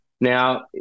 Now